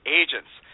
agents